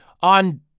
on